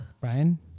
Brian